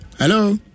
Hello